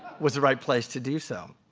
was the right place to do so.